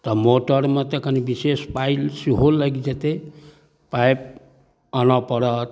तऽ मोटरमे तऽ कनी विशेष पाइ सेहो लागि जेतै पाइप आनऽ पड़त